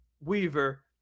Weaver